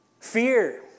fear